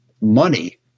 money